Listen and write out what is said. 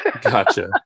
Gotcha